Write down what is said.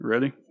Ready